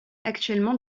actuellement